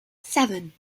seven